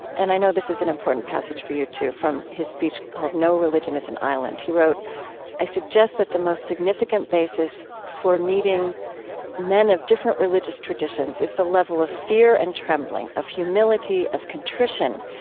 and i know this is an important passage for you too, from his speech called no religion is an island. he wrote i suggest that the most significant basis for meeting men of different religious traditions is the level of fear and trembling, of humility, of contrition,